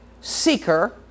seeker